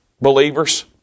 believers